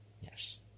Yes